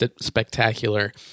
spectacular